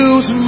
Use